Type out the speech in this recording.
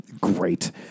Great